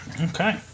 Okay